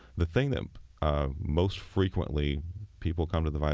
the thing that most frequently people come to the v i